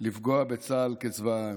לפגוע בצה"ל כצבא העם.